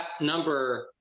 number